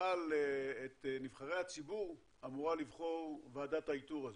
אבל את נבחרי הציבור אמורה לבחור ועדת האיתור הזו.